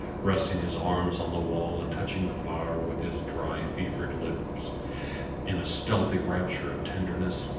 resting his arms on the wall and touching the flower with his dry, fevered lips in a stealthy rapture of tenderness.